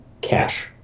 cash